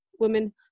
women